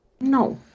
No